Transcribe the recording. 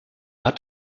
hat